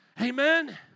Amen